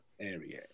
Area